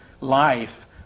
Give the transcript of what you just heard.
life